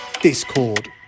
Discord